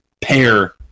pair